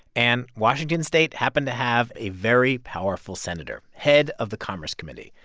and washington state happened to have a very powerful senator head of the commerce committee,